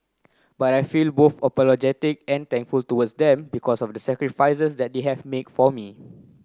but I feel both apologetic and thankful towards them because of the sacrifices that they have make for me